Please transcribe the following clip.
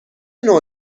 نوع